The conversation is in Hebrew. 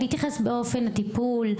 אפשר להתייחס לאופן הטיפול,